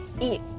eat